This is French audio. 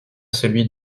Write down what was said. celui